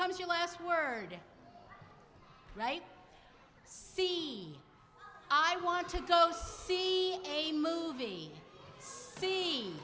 comes your last word right see i want to go see a movie see